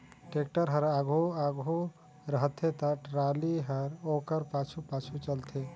tractor हर आघु आघु रहथे ता टराली हर ओकर पाछू पाछु चलथे